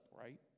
right